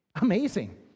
Amazing